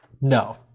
No